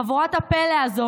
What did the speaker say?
חבורת הפלא הזו,